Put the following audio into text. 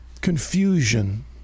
confusion